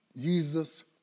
Jesus